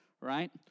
Right